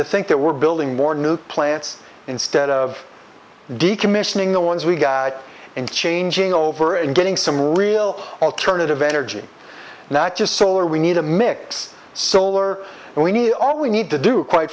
to think that we're building more new plants instead of decommissioning the ones we got and changing over and getting some real alternative energy not just solar we need to mix solar and we need all we need to do quite